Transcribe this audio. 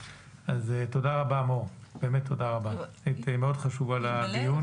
תודה רבה, מור, היית מאוד חשובה לדיון.